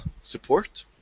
support